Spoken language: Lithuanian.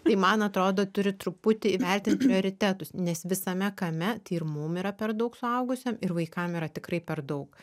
tai man atrodo turi truputį įvertint prioritetus nes visame kame tai ir mum yra per daug suaugusiem ir vaikam yra tikrai per daug